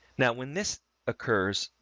now, when this occurs,